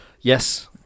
Yes